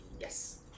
Yes